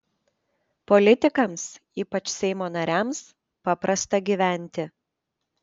politikams ypač seimo nariams paprasta gyventi